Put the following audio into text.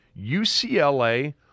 UCLA